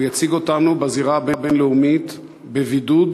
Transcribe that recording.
הוא יציג אותנו בזירה הבין-לאומית בבידוד